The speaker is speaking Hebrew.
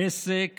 העסק